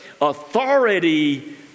authority